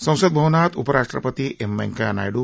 संसद भवनात उपराष्ट्रपती एम व्यंकय्या नायडू